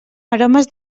aromes